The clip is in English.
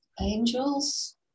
angels